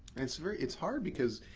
and so it's hard because